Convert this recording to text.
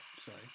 Sorry